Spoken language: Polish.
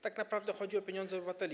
Tak naprawdę chodzi o pieniądze obywateli.